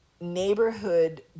neighborhood